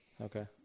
Okay